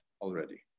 already